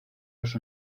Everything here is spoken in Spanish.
los